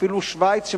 ואפילו שווייץ,